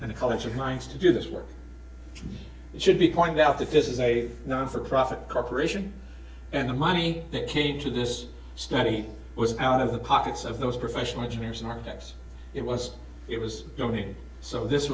the college of mines to do this work it should be pointed out that this is a known for profit corporation and the money that came to this study was out of the pockets of those professional engineers and architects it was it was going to